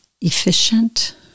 efficient